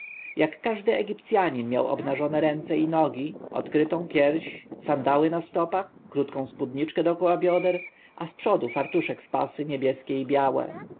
jak każdy egipcjanin miał obnażone ręce i nogi odkrytą pierś sandały na stopach krótką spódniczkę dokoła bioder a zprzodu fartuszek w pasy niebieskie i białe